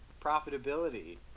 profitability